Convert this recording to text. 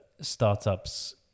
startups